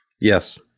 Yes